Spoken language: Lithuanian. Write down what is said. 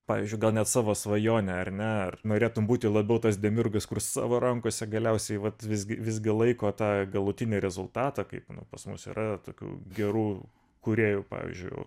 pavyzdžiui gal net savo svajonę ar ne norėtum būti labiau tas demiurgas kurs savo rankose galiausiai vat visgi visgi laiko tą galutinį rezultatą kaip pas mus yra tokių gerų kūrėjų pavyzdžiui